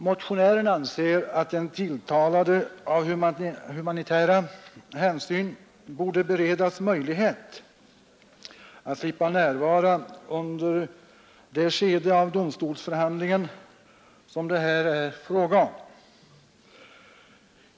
Motionären anser att den tilltalade av humanitära hänsyn borde beredas möjlighet att slippa närvara under det skede av domstolsförhandlingen som det här är fråga om.